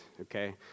okay